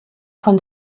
von